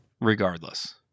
Regardless